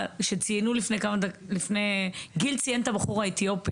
ואני מדבר כפרופסור למדיניות ציבורית נראה לי שההשקעה פה,